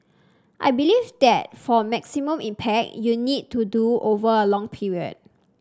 I believe that for maximum impact you need to do over a long period